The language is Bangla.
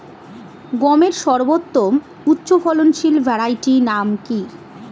গমের সর্বোত্তম উচ্চফলনশীল ভ্যারাইটি নাম কি?